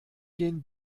gehen